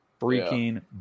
freaking